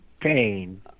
pain